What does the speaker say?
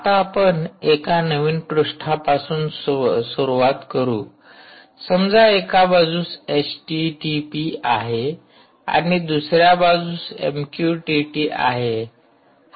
आता आपण एक नवीन पृष्ठापासून सुरुवात करू समजा एका बाजूस एचटीटीपी आहे आणि दुसऱ्या बाजूस एमक्यूटीटी आहे